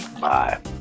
Bye